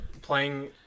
Playing